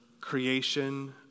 creation